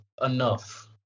enough